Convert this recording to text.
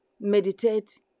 Meditate